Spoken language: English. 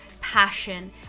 passion